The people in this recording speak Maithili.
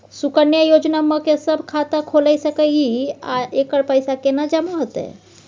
सुकन्या योजना म के सब खाता खोइल सके इ आ एकर पैसा केना जमा होतै?